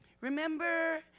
Remember